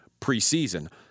preseason